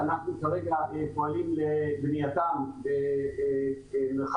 שאנחנו כרגע פועלים למניעתם --- וכמובן,